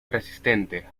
resistente